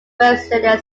brazilian